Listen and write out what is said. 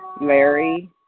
Larry